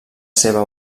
seva